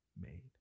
made